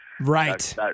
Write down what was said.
Right